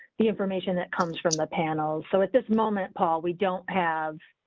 the information that comes from the panels. so, at this moment, paul, we don't have.